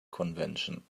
convention